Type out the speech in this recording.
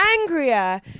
angrier